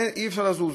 אי-אפשר לזוז.